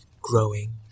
growing